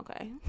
Okay